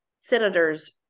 senators